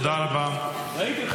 ראיתי אותך נכנס.